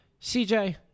CJ